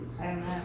Amen